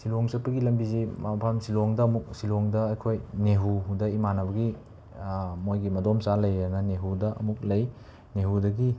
ꯁꯤꯂꯣꯡ ꯆꯠꯄꯒꯤ ꯂꯝꯕꯤꯁꯤ ꯃꯐꯝ ꯁꯤꯂꯣꯡꯗ ꯑꯃꯨꯛ ꯁꯤꯂꯣꯡꯗ ꯑꯩꯈꯣꯏ ꯅꯦꯍꯨꯗ ꯏꯝꯃꯥꯟꯅꯕꯒꯤ ꯃꯣꯏꯒꯤ ꯃꯗꯣꯝꯆꯥ ꯂꯩꯌꯦꯅ ꯅꯦꯍꯨꯗ ꯑꯃꯨꯛ ꯂꯩ ꯅꯦꯍꯨꯗꯒꯤ